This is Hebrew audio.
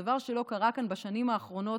זה דבר שלא קרה כאן בשנים האחרונות